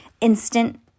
Instant